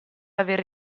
avere